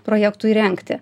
projektui rengti